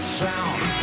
sound